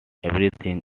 everything